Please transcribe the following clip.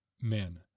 men